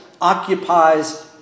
occupies